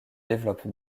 développe